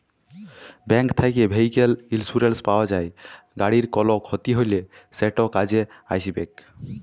bank থ্যাকে vehicle insurance পাউয়া যায়, গাড়ির কল খ্যতি হ্যলে সেট কাজে আইসবেক